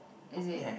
is it